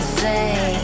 say